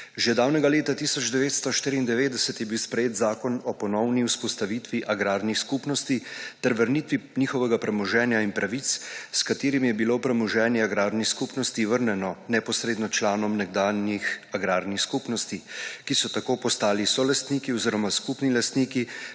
Že davnega leta 1994 je bil sprejet Zakon o ponovni vzpostavitvi agrarnih skupnosti ter vrnitvi njihovega premoženja in pravic, s katerim je bilo premoženje agrarni skupnosti vrnjeno neposredno članom nekdanjih agrarnih skupnosti, ki so tako postali solastniki oziroma skupni lastniki